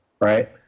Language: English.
right